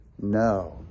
no